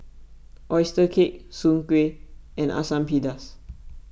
Oyster Cake Soon Kueh and Asam Pedas